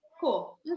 Cool